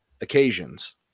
occasions